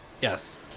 Yes